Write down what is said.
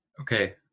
Okay